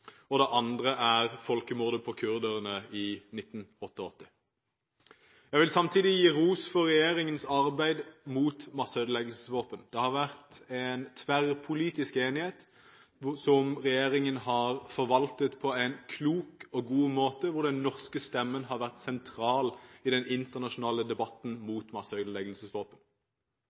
og det andre er folkemordet på kurderne i 1988. Jeg vil samtidig gi ros for regjeringens arbeid mot masseødeleggelsesvåpen. Det har vært en tverrpolitisk enighet som regjeringen har forvaltet på en klok og god måte, hvor den norske stemmen har vært sentral i den internasjonale debatten mot